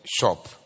shop